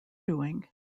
doing